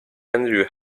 andrew